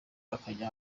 akajya